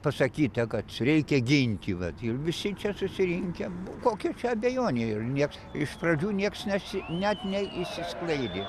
pasakyta kad reikia ginti vat ir visi čia susirinkę nu kokia čia abejonė ir nieks iš pradžių nieks nesi net neišsisklaidė